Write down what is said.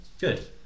good